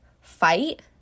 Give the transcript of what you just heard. fight